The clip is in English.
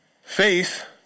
Faith